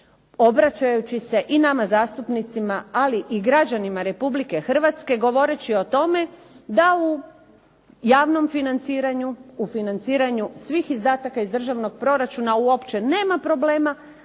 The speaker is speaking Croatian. obraćajući se i nama zastupnicima, ali i građanima Republike Hrvatske govoreći o tome da u javnom financiranju, u financiranju svih izdataka iz državnog proračuna uopće nema problema,